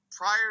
prior